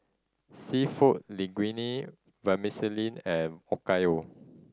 Seafood Linguine Vermicellin and Okayu